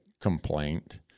complaint